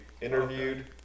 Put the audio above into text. interviewed